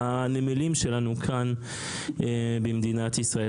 בנמלים שלנו כאן במדינת ישראל.